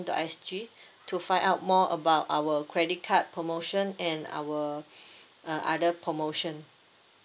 dot S_G to find out more about our credit card promotion and our uh other promotion